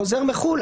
חוזר מחו"ל,